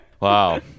Wow